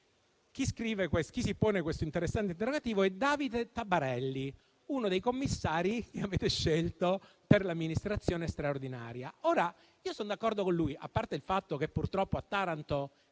Chi si pone questo interessante interrogativo è Davide Tabarelli, uno dei commissari che avete scelto per l'amministrazione straordinaria. Io sono d'accordo con lui, a parte il fatto che purtroppo a Taranto